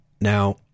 Now